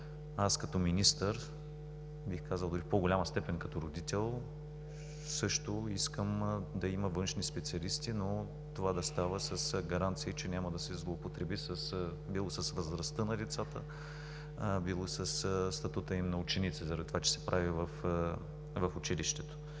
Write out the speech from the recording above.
Аз като министър, бих казал дори в по-голяма степен като родител, също искам да има външни специалисти, но това да става с гаранции, че няма да се злоупотреби било с възрастта на децата, било със статута им на ученици, заради това че се прави в училището.